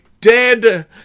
dead